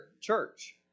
church